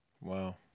Wow